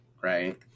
right